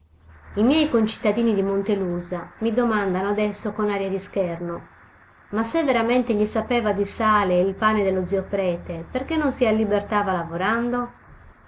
i miei concittadini di montelusa mi domandano adesso con aria di scherno ma se veramente gli sapeva di sale il pane dello zio prete perché non si allibertava lavorando